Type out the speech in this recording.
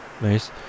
nice